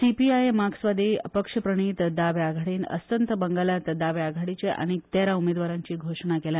सीपीआय मार्क्सवादी पक्षप्रणीत दाव्या आघाडीन अस्तंत बंगालात दाव्या आघाडीचे आनीक तेरा उमेदवाराची घोषणा केल्या